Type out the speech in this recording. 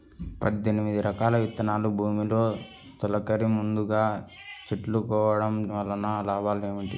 పద్దెనిమిది రకాల విత్తనాలు భూమిలో తొలకరి ముందుగా చల్లుకోవటం వలన లాభాలు ఏమిటి?